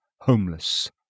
homeless